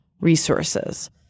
resources